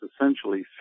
essentially